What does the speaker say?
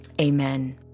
Amen